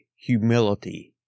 Humility